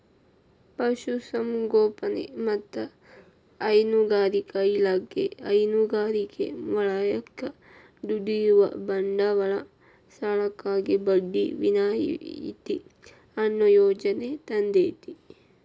ಪಶುಸಂಗೋಪನೆ ಮತ್ತ ಹೈನುಗಾರಿಕಾ ಇಲಾಖೆ ಹೈನುಗಾರಿಕೆ ವಲಯಕ್ಕ ದುಡಿಯುವ ಬಂಡವಾಳ ಸಾಲಕ್ಕಾಗಿ ಬಡ್ಡಿ ವಿನಾಯಿತಿ ಅನ್ನೋ ಯೋಜನೆ ತಂದೇತಿ